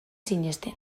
sinesten